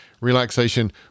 relaxation